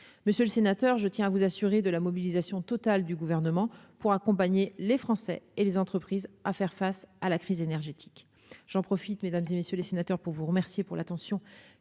monsieur le sénateur, je tiens à vous assurer de la mobilisation totale du gouvernement pour accompagner les Français et les entreprises à faire face à la crise énergétique, j'en profite, mesdames et messieurs les sénateurs, pour vous remercier pour l'attention